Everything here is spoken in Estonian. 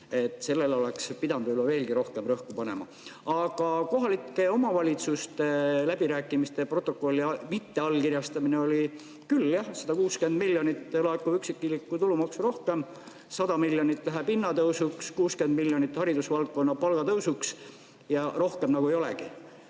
sellele oleks pidanud võib-olla veelgi rohkem rõhku panema. Aga kohalike omavalitsustega läbirääkimiste protokolli mitteallkirjastamine oli küll. Jah, 160 miljonit laekub üksikisiku tulumaksu rohkem, aga 100 miljonit läheb hinnatõusu katteks, 60 miljonit haridusvaldkonna palgatõusuks ja rohkem nagu ei olegi.